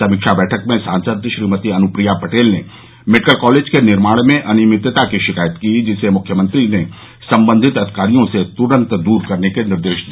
समीक्षा बैठक में सांसद श्रीमती अनुप्रिया पटेल ने मेडिकल कालेज के निर्माण में अनियमितता की शिकायत की जिसे मुख्यमंत्री ने सम्बंधित अधिकारियों से तुरंत दूर करने का निर्देश दिया